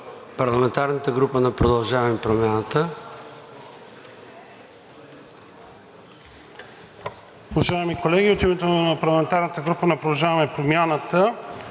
парламентарната група „Продължаваме Промяната“,